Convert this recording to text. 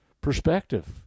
perspective